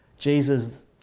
Jesus